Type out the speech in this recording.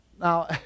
Now